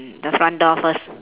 mm the front door first